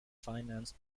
financed